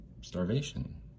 starvation